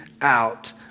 out